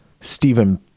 Stephen